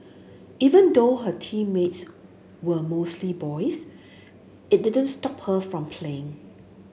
even though her teammates were mostly boys it didn't stop her from playing